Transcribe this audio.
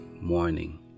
morning